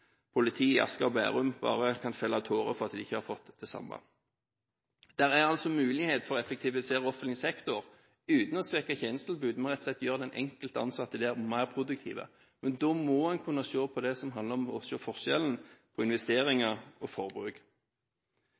politiet i Asker og Bærum bare kan felle tårer for at de ikke har fått det samme. Det er altså mulighet for å effektivisere offentlig sektor uten å svekke tjenestetilbudet, men rett og slett gjøre den enkelte ansatte der mer produktiv, men da må en kunne se forskjellen på investeringer og forbruk.